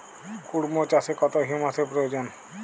কুড়মো চাষে কত হিউমাসের প্রয়োজন?